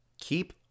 keep